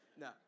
No